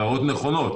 אלה הערות נכונות.